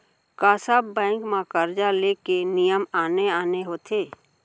का सब बैंक म करजा ले के नियम आने आने होथे?